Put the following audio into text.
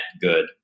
good